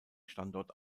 standort